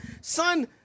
Son